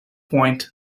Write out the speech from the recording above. point